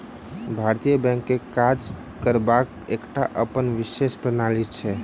भारतीय बैंकक काज करबाक एकटा अपन विशेष प्रणाली छै